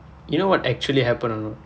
you know what actually happen or not